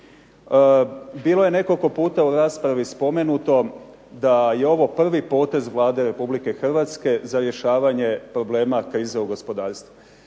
Bilo je nekoliko puta u raspravi spomenuto da je ovo prvi potez Vlade Republike Hrvatske za rješavanje problema krize u gospodarstvu.